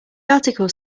article